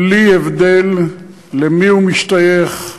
בלי הבדל למי הוא משתייך,